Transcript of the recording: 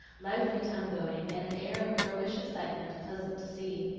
lively tongue going, and an air of girlish excitement pleasant to see.